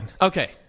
Okay